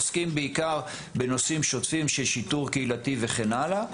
עוסקים בעיקר בנושאים שוטפים של שיטור קהילתי וכן הלאה.